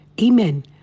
Amen